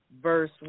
verse